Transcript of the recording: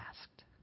asked